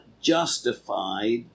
justified